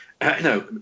No